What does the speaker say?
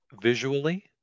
visually